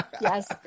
Yes